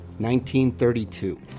1932